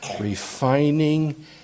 refining